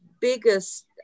biggest